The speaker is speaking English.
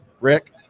Rick